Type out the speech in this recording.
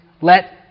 let